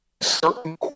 certain